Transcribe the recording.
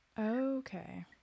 Okay